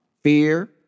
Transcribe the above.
fear